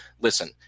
listen